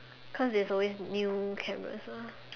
cause there's always new cameras mah